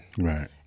Right